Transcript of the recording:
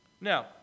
Now